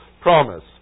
promise